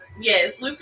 yes